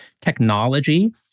technology